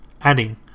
adding